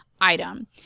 item